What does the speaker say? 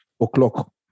o'clock